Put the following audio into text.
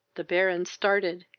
the baron started,